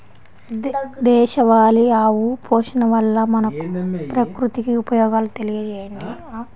దేశవాళీ ఆవు పోషణ వల్ల మనకు, ప్రకృతికి ఉపయోగాలు తెలియచేయండి?